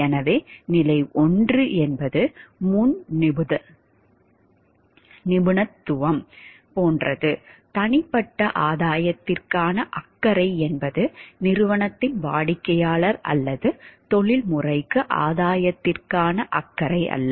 எனவே நிலை 1 என்பது முன் நிபுணத்துவம் போன்றது தனிப்பட்ட ஆதாயத்திற்கான அக்கறை என்பது நிறுவனத்தின் வாடிக்கையாளர் அல்லது தொழில்முறைக்கு ஆதாயத்திற்கான அக்கறை அல்ல